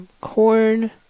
corn